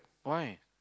why